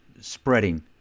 spreading